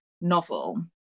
novel